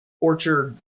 Orchard